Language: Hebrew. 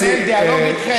לנהל דיאלוג איתכם,